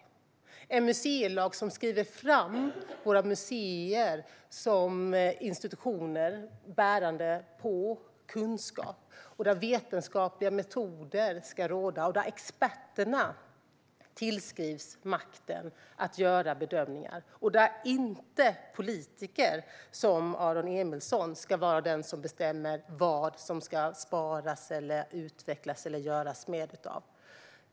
Det är en museilag som skriver fram våra museer som institutioner bärande på kunskap, där vetenskapliga metoder ska råda och där experterna tillskrivs makten att göra bedömningar. Politiker, som Aron Emilsson, ska inte vara de som bestämmer vad som sparas eller utvecklas eller vad man ska göra med något.